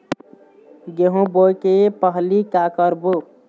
गेहूं बोए के पहेली का का करबो?